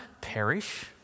perish